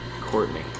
Courtney